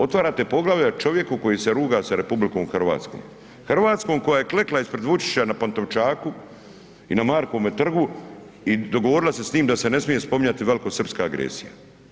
Otvarate poglavlja čovjeku koji se ruga s RH, Hrvatskom koja je klekla ispred Vučića na Pantovčaku i na Markovome trgu i dogovorila se njim da se ne smije spominjati velikosrpska agresija.